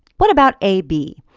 what about ab?